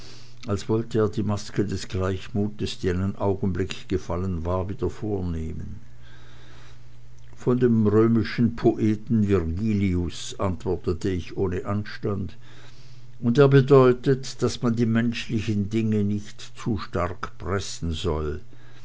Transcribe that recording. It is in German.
als wollte er die maske des gleichmutes die einen augenblick gefallen war wieder vornehmen von dem römischen poeten virgilius antwortete ich ohne anstand und er bedeutet daß man die menschlichen dinge nicht zu stark pressen soll